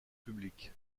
public